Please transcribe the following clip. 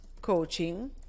coaching